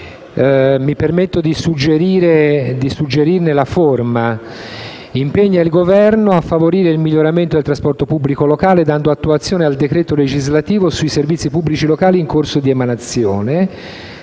mi permetto di suggerire la seguente riformulazione: «impegna il Governo a favorire il miglioramento del trasporto pubblico locale, dando attuazione al decreto legislativo sui servizi pubblici locali in corso di emanazione».